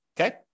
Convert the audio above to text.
Okay